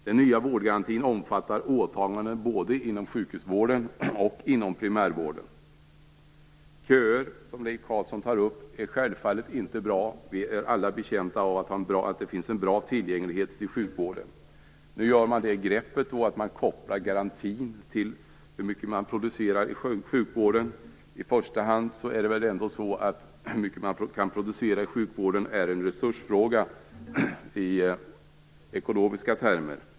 Den nya vårdgarantin omfattar åtaganden både inom sjukhusvården och inom primärvården. Köer är som Leif Carlson säger självfallet inte bra. Vi är alla betjänta av en bra tillgänglighet till sjukvården. Nu tar man det greppet att garantin kopplas till hur mycket sjukvården producerar. I första hand är väl ändå hur mycket sjukvården kan producera en resursfråga i ekonomiska termer.